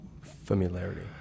familiarity